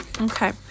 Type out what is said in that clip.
Okay